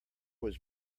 was